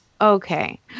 okay